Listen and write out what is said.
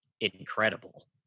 incredible